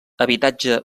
habitatge